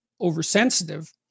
oversensitive